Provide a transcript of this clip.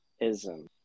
ism